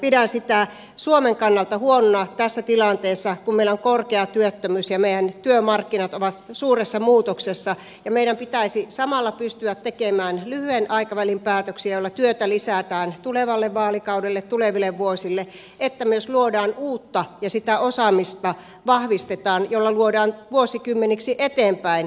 pidän sitä suomen kannalta huonona tässä tilanteessa kun meillä on korkea työttömyys ja meidän työmarkkinat ovat suuressa muutoksessa ja meidän pitäisi samalla pystyä tekemään lyhyen aikavälin päätöksiä joilla työtä lisätään tulevalle vaalikaudelle tuleville vuosille niin että myös luodaan uutta ja vahvistetaan sitä osaamista jolla luodaan vuosikymmeniksi eteenpäin hyvää